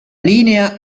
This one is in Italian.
linea